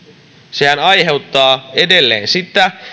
sehän aiheuttaa edelleen sitä